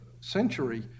century